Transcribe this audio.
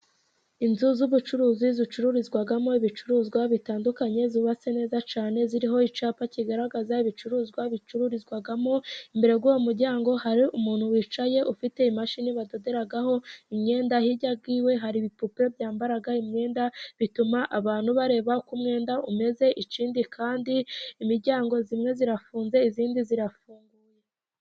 Inzu z'ubucuruzi zicururizwamo ibicuruzwa bitandukanye, zubatse neza cyane ziriho icyapa kigaragaza ibicuruzwa bicururizwamo, imbere y'uwo muryango hari umuntu wicaye ufite imashini badoderaho imyenda, hirya ye hari ibipupe byambara imyenda bituma abantu bareba uko umwenda umeze, ikindi kandi imiryango imwe irafunze ,indi irafunguye.